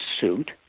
suit